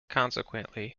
consequently